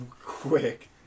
quick